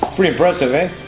pretty impressive, ah?